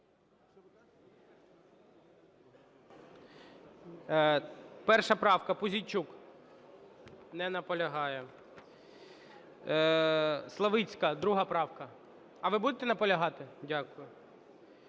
1 правка, Пузійчук. Не наполягає. Славицька, 2 правка. А ви будете наполягати? Дякую.